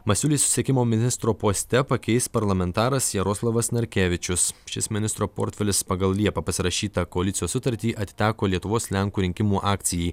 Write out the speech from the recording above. masiulį susisiekimo ministro poste pakeis parlamentaras jaroslavas narkevičius šis ministro portfelis pagal liepą pasirašytą koalicijos sutartį atiteko lietuvos lenkų rinkimų akcijai